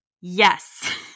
yes